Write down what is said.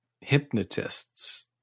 hypnotists